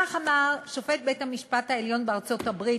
כך אמר שופט בית-המשפט העליון בארצות-הברית,